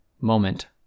moment